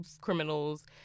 criminals